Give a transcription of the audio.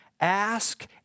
ask